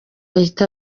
ahita